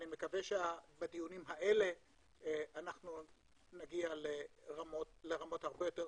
אני מקווה שבדיונים האלה אנחנו נגיע לרמות הרבה יותר